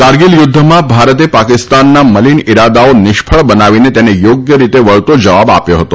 કારગીલ યુદ્ધમાં ભારતે પાકિસ્તાનના મલીન ઇરાદાઓ નિષ્ફળ બનાવીને તેને યોગ્ય રીતે વળતો જવાબ આપ્યો હતો